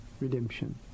redemption